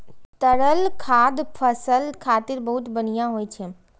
तरल खाद फसल खातिर बहुत बढ़िया होइ छै